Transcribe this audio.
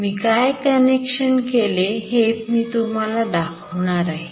मी काय कनेक्शन केले ते मी तुम्हाला दाखवणार आहे